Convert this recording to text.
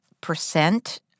percent